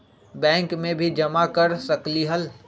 Bank में भी जमा कर सकलीहल?